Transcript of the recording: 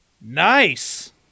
Nice